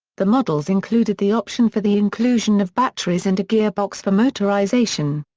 the models included the option for the inclusion of batteries and a gear box for motorization.